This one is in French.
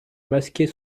masquer